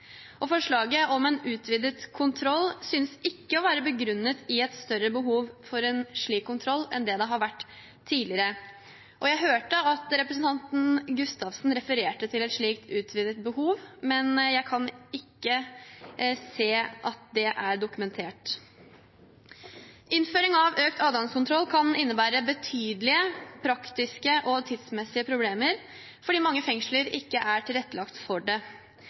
klient. Forslaget om en utvidet kontroll synes ikke å være begrunnet i et større behov for en slik kontroll enn det det har vært tidligere. Jeg hørte at representanten Gustavsen refererte til et slikt utvidet behov, men jeg kan ikke se at det er dokumentert. Innføring av økt adgangskontroll kan innebære betydelige praktiske og tidsmessige problemer fordi mange fengsler ikke er tilrettelagt for det.